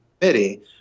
committee